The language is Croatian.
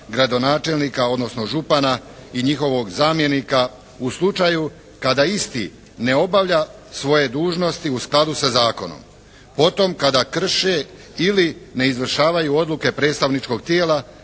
gradonačelnika, odnosno župana i njihovog zamjenika u slučaju kada isti ne obavlja svoje dužnosti u skladu sa zakonom. Potom kada krše ili ne izvršavaju odluke predstavničkog tijela,